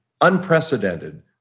unprecedented